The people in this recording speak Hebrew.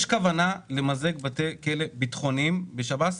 יש כוונה למזג בתי כלא ביטחוניים בשב"ס?